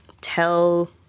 tell